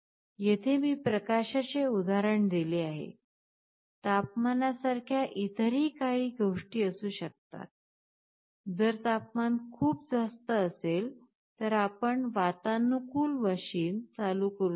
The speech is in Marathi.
येथे मी प्रकाशाचे उदाहरण दिले आहे तापमानासारख्या इतरही काही गोष्टी असू शकतात जर तापमान खूप जास्त झाले तर आपण वातानुकूलन मशीन चालू करू शकता